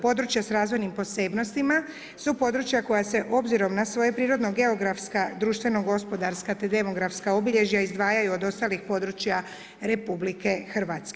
Područja s razvojnim posebnostima, su područja koja se na obzirom na svoje prirodno geografska, društveno gospodarska te demografska obilježja izdvajaju iz ostalih područja RH.